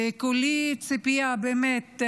וכולי ציפייה באמת,